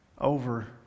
over